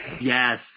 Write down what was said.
Yes